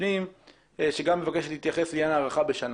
הפנים שגם היא מבקשת להתייחס לעניין ההארכה בשנה.